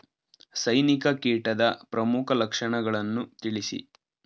ಸೈನಿಕ ಕೀಟದ ಪ್ರಮುಖ ಲಕ್ಷಣಗಳನ್ನು ತಿಳಿಸಿ?